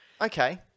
Okay